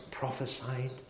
prophesied